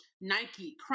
Nike